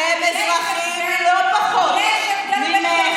שהם אזרחים לא פחות ממך,